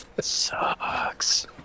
sucks